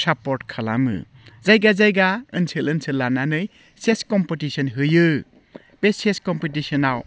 support खालामो जायगा जायगा ओनसोल ओनसोल लानानै चेस कम्पिटिशन होयो बे चेस कमपिटिशनाव